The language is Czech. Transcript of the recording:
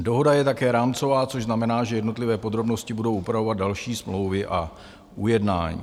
Dohoda je také rámcová, což znamená, že jednotlivé podrobnosti budou upravovat další smlouvy a ujednání.